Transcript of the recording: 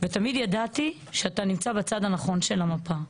ותמיד ידעתי שאתה נמצא בצד הנכון של המפה.